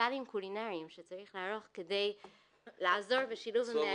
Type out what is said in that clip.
לפסטיבלים קולינריים שצריך לערוך כדי לעזור בשילוב המהגרים.